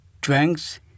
drinks